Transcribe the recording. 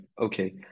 okay